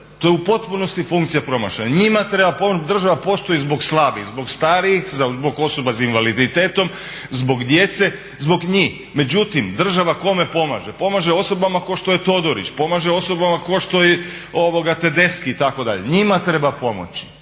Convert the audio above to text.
To je u potpunosti funkcija promašena. Njima treba, država postoji zbog slabih, zbog starijih, zbog osoba sa invaliditetom, zbog djece, zbog njih. Međutim, država kome pomaže? Pomaže osobama kao što je Todorić, pomaže osobama kao što je Tedesci itd. Njima treba pomoći,